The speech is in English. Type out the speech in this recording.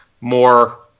more